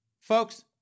folks